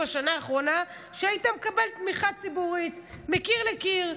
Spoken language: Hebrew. בשנה האחרונה שהיית מקבל תמיכה ציבורית מקיר לקיר,